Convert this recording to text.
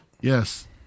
Yes